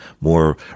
more